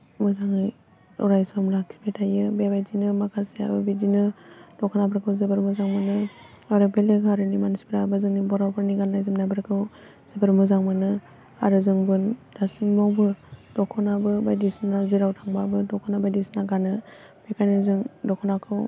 मोजाङै अरायसम लाखिबाय थायो बेबायदिनो माखासेयाबो बिदिनो दख'नाफोरखौ जोबोर मोजां मोनो आरो बेलेग हारिनि मानसिफ्राबो जोंनि बर'फोरनि गान्नाय जोमनायफोरखौ जोबोर मोजां मोनो आरो जोंबो दासिमावबो दख'नाबो बायदिसिना जेराव थांबाबो दख'ना बायदिसिना गानो बेखायनो जों दख'नाखौ